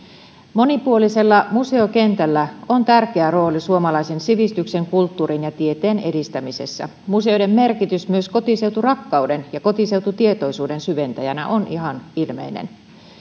monipuolisella museokentällä on tärkeä rooli suomalaisen sivistyksen kulttuurin ja tieteen edistämisessä museoiden merkitys myös kotiseuturakkauden ja kotiseututietoisuuden syventäjänä on ihan ilmeinen